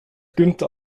günther